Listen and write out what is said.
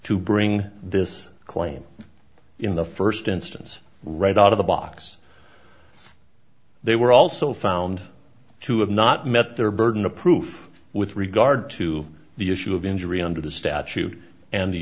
to bring this claim in the first instance right out of the box they were also found to have not met their burden of proof with regard to the issue of injury under the statute and the